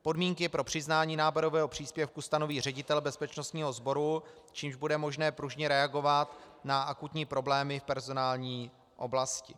Podmínky pro přiznání náborového příspěvku stanoví ředitel bezpečnostního sboru, čímž bude možné pružně reagovat na akutní problémy v personální oblasti.